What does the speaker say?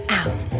out